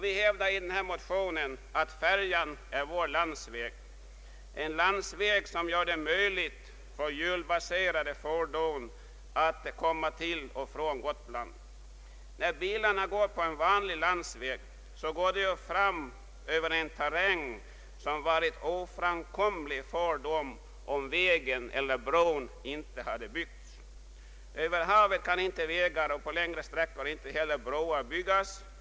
Vi hävdar i motionerna att färjan är vår landsväg — en landsväg som gör det möjligt för hjulbaserade fordon att komma till och från Gotland. När bilarna går på en vanlig landsväg går de fram över en terräng som hade varit oframkomlig för dem om vägen eller bron inte hade byggts. över havet kan inte vägar byggas och på längre sträckor inte heller broar.